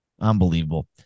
Unbelievable